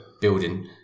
building